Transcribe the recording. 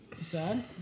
Sad